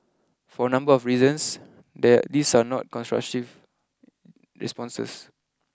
for a number of reasons there these are not constructive responses